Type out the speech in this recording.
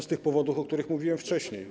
Z tych powodów, o których mówiłem wcześniej.